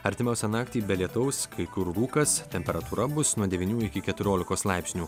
artimiausią naktį be lietaus kai kur rūkas temperatūra bus nuo devynių iki keturiolikos laipsnių